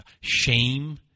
shame